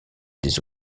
des